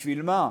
בשביל מה,